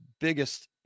biggest